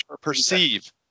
perceive